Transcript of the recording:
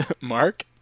Mark